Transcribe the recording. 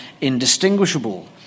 indistinguishable